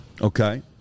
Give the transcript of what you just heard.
okay